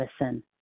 listen